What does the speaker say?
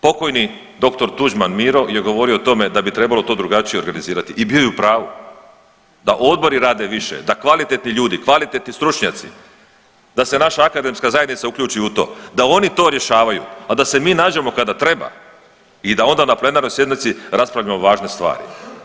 Pokojni dr. Tuđman Miro je govorio o tome da bi trebalo to drugačije organizirati i bio je u pravu, da odbori rade više, da kvalitetni ljudi, kvalitetni stručnjaci, da se naša akademska zajednica uključi u to, da oni to rješavaju, a da se mi nađemo kada treba i da ona na plenarnoj sjednici raspravljamo važne stvari.